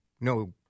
no